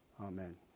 Amen